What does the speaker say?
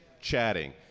chatting